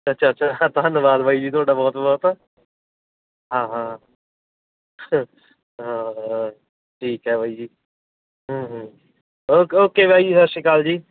ਅੱਛਾ ਅੱਛਾ ਧ ਧੰਨਵਾਦ ਬਾਈ ਜੀ ਤੁਹਾਡਾ ਬਹੁਤ ਬਹੁਤ ਹਾਂ ਹਾਂ ਹਾਂ ਹਾਂ ਠੀਕ ਹੈ ਬਾਈ ਜੀ ਹਮ ਹਮ ਓਕ ਓਕੇ ਬਾਈ ਜੀ ਸਤਿ ਸ਼੍ਰੀ ਅਕਾਲ ਜੀ